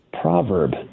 proverb